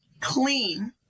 clean